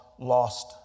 lost